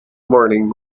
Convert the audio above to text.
morning